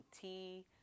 tea